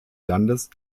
landes